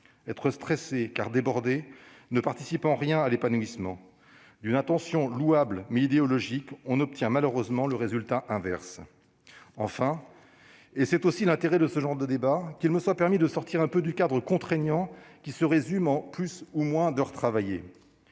Être stressé, car débordé, ne participe en rien à l'épanouissement. En partant d'une intention louable, mais idéologique, on obtient malheureusement le résultat inverse. Enfin, et c'est aussi l'intérêt de ce genre de débat, qu'il me soit permis de sortir un peu du cadre contraignant qui consiste à réfléchir en termes de « plus ou moins d'heures travaillées ».